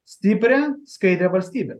stiprią skaidrią valstybę